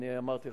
באמת, אמרתי לך.